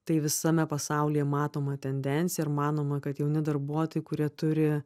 tai visame pasaulyje matoma tendencija ir manoma kad jauni darbuotojai kurie turi